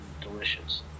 delicious